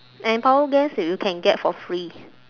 and power banks you can get for free